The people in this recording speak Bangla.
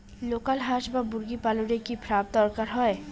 লোকাল হাস বা মুরগি পালনে কি ফার্ম এর দরকার হয়?